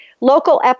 local